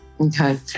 Okay